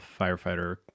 firefighter